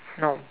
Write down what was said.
no